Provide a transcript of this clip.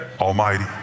Almighty